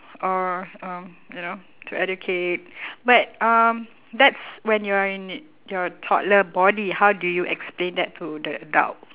or uh you know to educate but um that's when you're in your toddler body how do you explain that to the adult